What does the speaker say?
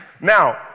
Now